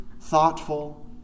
thoughtful